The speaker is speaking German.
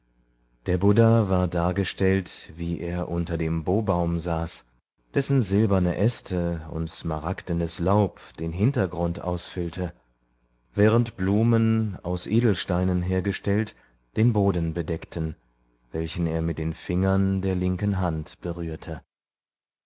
der buddha war dargestellt wie er unter dem bobaum saß dessen silberne äste und smaragdenes laub den hintergrund ausfüllte während blumen aus edelsteinen hergestellt den boden bedeckten welchen er mit den fingern der linken hand berührte